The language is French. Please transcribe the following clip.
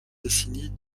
décennie